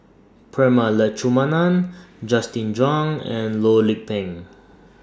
Prema Letchumanan Justin Zhuang and Loh Lik Peng